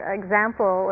example